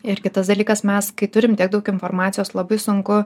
ir kitas dalykas mes kai turim tiek daug informacijos labai sunku